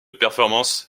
performance